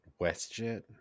WestJet